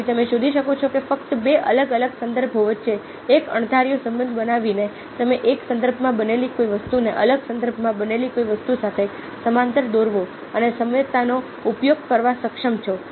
તેથી તમે શોધી શકો છો કે ફક્ત બે અલગ અલગ સંદર્ભો વચ્ચે એક અણધાર્યો સંબંધ બનાવીને તમે એક સંદર્ભમાં બનેલી કોઈ વસ્તુને અલગ સંદર્ભમાં બનેલી કોઈ વસ્તુ સાથે સમાંતર દોરવા અને સામ્યતાનો ઉપયોગ કરવા સક્ષમ છો